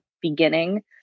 beginning